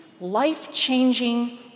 life-changing